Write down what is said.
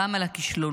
גם על הכישלונות.